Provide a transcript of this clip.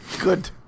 Good